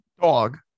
Dog